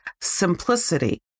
simplicity